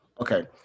Okay